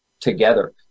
together